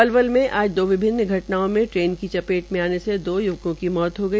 पलवल मे आज दो विभिन्न घटनाओं मे ट्रेन की चपेट में आने से दो य्वकों की मौत हो गई